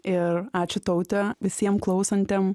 ir ačiū taute visiem klausantiem